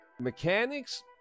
Mechanics